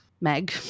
Meg